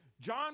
John